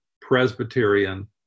Presbyterian